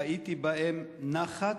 ראיתי בהן נחת